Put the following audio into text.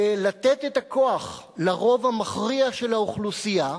ולתת את הכוח לרוב המכריע של האוכלוסייה,